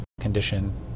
condition